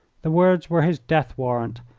the words were his death-warrant.